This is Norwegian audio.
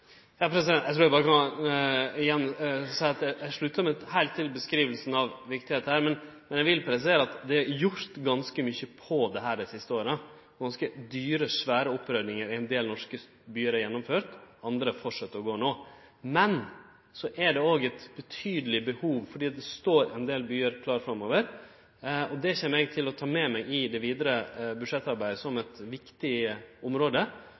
Eg sluttar meg heilt til beskrivinga av kor viktig dette er, men eg vil presisere at det er gjort ganske mykje på dette området dei siste åra. Ganske dyre, svære oppryddingar i ein del norske byar er gjennomførte, andre held fram no. Men så står det ein del byar klare framover med betydelege behov, og det kjem eg til å ta med meg i det vidare budsjettarbeidet som eit viktig område.